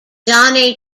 john